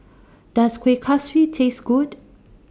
Does Kueh Kaswi Taste Good